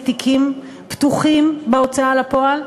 תיקים פתוחים בהוצאה לפועל?